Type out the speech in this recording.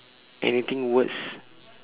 anything words